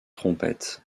trompettes